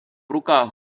руках